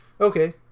Okay